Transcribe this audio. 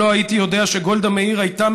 אם לא הייתי יודע שגולדה מאיר הייתה